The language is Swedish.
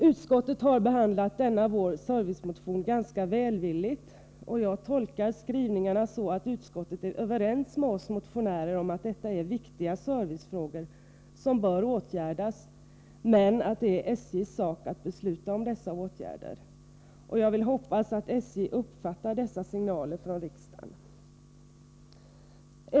Utskottet har behandlat denna vår servicemotion ganska välvilligt, och jag tolkar skrivningarna så att utskottet är överens med oss motionärer om att detta är viktiga servicefrågor, som bör åtgärdas, men att det är SJ:s sak att besluta om dessa åtgärder. Jag vill hoppas att SJ uppfattar dessa signaler från riksdagen.